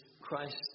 Christ